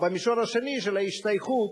במישור השני, של ההשתייכות,